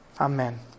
Amen